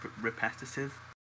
repetitive